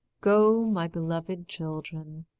go, my beloved children,